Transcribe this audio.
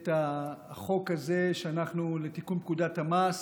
את החוק הזה לתיקון פקודת המס,